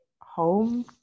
home